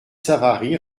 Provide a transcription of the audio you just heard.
savary